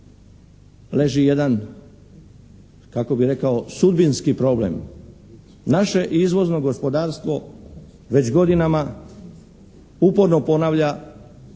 leži jedan kako bih rekao sudbinski problem. Naše izvozno gospodarstvo već godinama uporno ponavlja